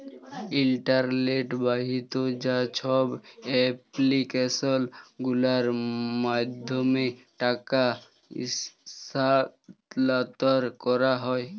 ইলটারলেট বাহিত যা ছব এপ্লিক্যাসল গুলার মাধ্যমে টাকা ইস্থালাল্তর ক্যারা হ্যয়